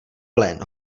plen